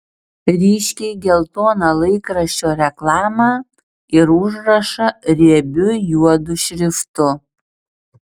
ryškiai geltoną laikraščio reklamą ir užrašą riebiu juodu šriftu